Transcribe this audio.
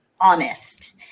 honest